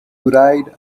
ride